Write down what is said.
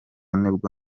nibwo